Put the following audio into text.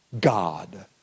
God